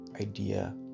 idea